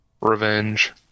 revenge